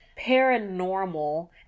paranormal